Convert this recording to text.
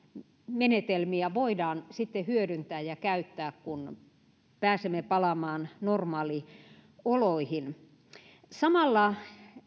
menetelmiä voidaan sitten hyödyntää ja käyttää kun pääsemme palaamaan normaalioloihin samalla